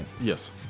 Yes